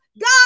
God